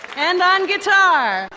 and on guitar,